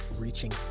reaching